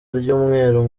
ry’umweru